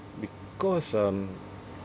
because um